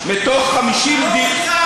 זו לא בחירה,